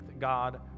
God